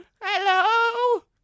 Hello